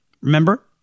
Remember